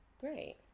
great